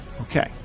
Okay